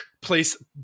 place